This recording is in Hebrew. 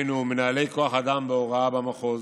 דהיינו מנהלי כוח אדם בהוראה במחוז,